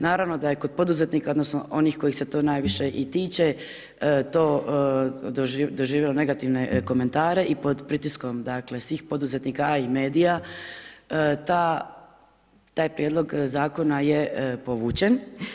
Naravno da je kod poduzetnika odnosno onih kojih se to najviše i tiče to doživjelo negativne komentare i pod pritiskom dakle svih poduzetnika, a i medija taj prijedlog Zakona je povučen.